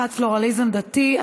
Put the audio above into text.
הבטחת פלורליזם דתי),